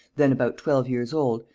then about twelve years old,